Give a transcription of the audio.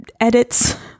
edits